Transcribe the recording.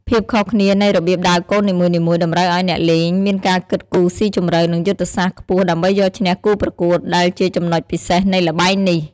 ភាពខុសគ្នានៃរបៀបដើរកូននីមួយៗតម្រូវឱ្យអ្នកលេងមានការគិតគូរស៊ីជម្រៅ និងយុទ្ធសាស្ត្រខ្ពស់ដើម្បីយកឈ្នះគូប្រកួត ដែលជាចំណុចពិសេសនៃល្បែងនេះ។